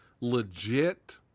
legit